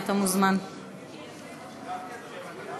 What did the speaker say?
הוועדה המוסמכת לדון בהצעת חוק זו היא ועדת הכלכלה.